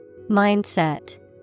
Mindset